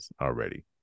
already